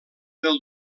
del